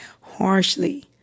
harshly